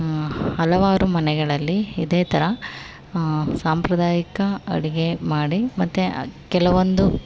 ಹಲವಾರು ಮನೆಗಳಲ್ಲಿ ಇದೇ ಥರ ಸಾಂಪ್ರದಾಯಿಕ ಅಡುಗೆ ಮಾಡಿ ಮತ್ತು ಕೆಲವೊಂದು